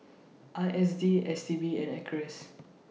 I S D S T B and Acres